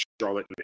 Charlotte